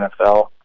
NFL